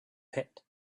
pit